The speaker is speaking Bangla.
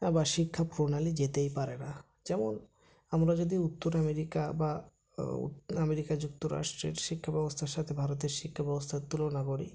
বা শিক্ষা প্রণালী যেতেই পারে না যেমন আমরা যদি উত্তর আমেরিকা বা আমেরিকা যুক্তরাষ্ট্রের শিক্ষা ব্যবস্থার সাথে ভারতে শিক্ষা ব্যবস্থার তুলনা করি